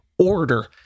order